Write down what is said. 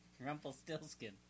Rumpelstiltskin